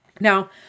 Now